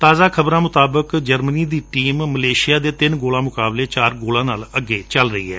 ਤਾਜਾ ਖ਼ਬਰਾਂ ਮੁਤਾਬਕ ਜਰਮਨੀ ਦੀ ਟੀਮ ਮਲੇਸੀਆ ਦੇ ਗੋਲਾਂ ਮੁਕਾਬਲੇ ਗੋਲਾਂ ਨਾਲ ਅੱਗੇ ਚਲ ਰਹੀ ਏ